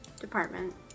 department